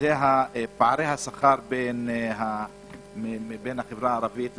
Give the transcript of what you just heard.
פערי השכר בין החברה הערבית ליהודית.